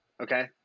Okay